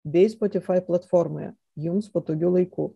bei spotifai platformoje jums patogiu laiku